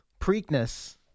Preakness